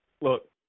Look